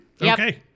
Okay